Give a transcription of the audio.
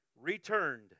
returned